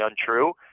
untrue